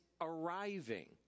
arriving